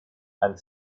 and